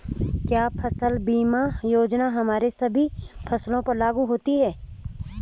क्या फसल बीमा योजना हमारी सभी फसलों पर लागू होती हैं?